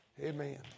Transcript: Amen